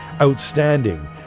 outstanding